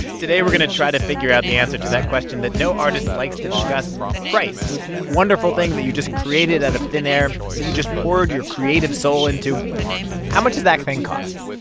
today we're going to try to figure out the answer to that question that no artist likes to discuss price. that wonderful thing that you just created out of thin air, that but you just poured your creative soul into how much does that thing cost?